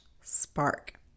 spark